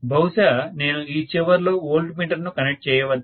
బహుశా నేను ఈ చివర్లో వోల్ట్ మీటర్ ను కనెక్ట్ చేయవచ్చు